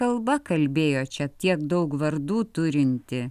kalba kalbėjo čia tiek daug vardų turinti